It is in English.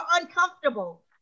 uncomfortable